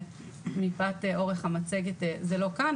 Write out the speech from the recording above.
מפאת אורך המצגת זה לא כאן,